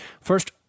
First